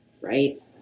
Right